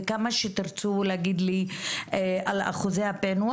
וכמה שתרצו להגיד לי על אחוזי הפענוח,